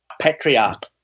patriarch